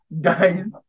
Guys